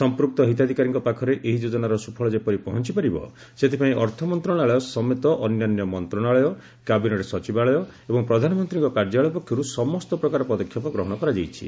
ସଂପୃକ୍ତ ହିତାଧିକାରୀଙ୍କ ପାଖରେ ଏହି ଯୋଜନାର ସୁଫଳ ଯେପରି ପହଞ୍ଚ ପାରିବ ସେଥିପାଇଁ ଅର୍ଥମନ୍ତ୍ରଣାଳୟ ସମେତ ଅନ୍ୟାନ୍ୟ ମନ୍ତ୍ରଶାଳୟ କ୍ୟାବିନେଟ୍ ସଚିବାଳୟ ଏବଂ ପ୍ରଧାନମନ୍ତ୍ରୀଙ୍କ କାର୍ଯ୍ୟାଳୟ ପକ୍ଷରୁ ସମସ୍ତ ପ୍ରକାର ପଦକ୍ଷେପ ଗ୍ରହଣ କରାଯାଇଛି